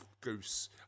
goose